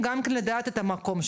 סתם עוגמת נפש על שום דבר.